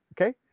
okay